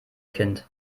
kind